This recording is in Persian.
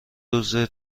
روزه